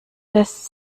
lässt